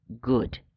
good